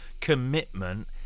commitment